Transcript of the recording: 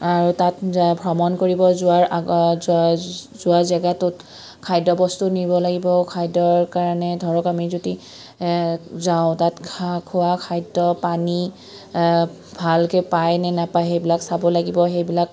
আৰু তাত ভ্ৰমণ কৰিব যোৱাৰ যোৱা জেগাটোত খাদ্যবস্তু নিব লাগিব খাদ্যৰ কাৰণে ধৰক আমি যদি যাওঁ তাত খোৱা খাদ্য পানী ভালকে পায় নে নাপায় সেইবিলাক চাব লাগিব সেইবিলাক